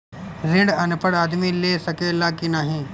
ऋण अनपढ़ आदमी ले सके ला की नाहीं?